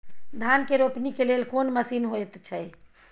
धान के रोपनी के लेल कोन मसीन होयत छै?